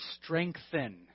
strengthen